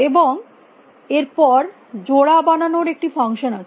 এবং এর পর জোড়া বানানোর একটি ফাংশন আছে